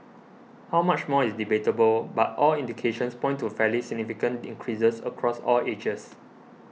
how much more is debatable but all indications point to fairly significant increases across all ages